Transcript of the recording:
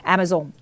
Amazon